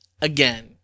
again